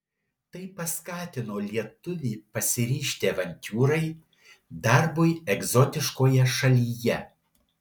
tai paskatino lietuvį pasiryžti avantiūrai darbui egzotiškoje šalyje